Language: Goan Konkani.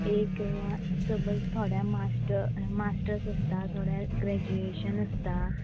एक समज थोड्यांक मास्टर्स आसता थोड्यांक ग्रेजूयेशन आसता